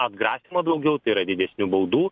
atgrasymo daugiau yra didesnių baudų